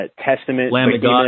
Testament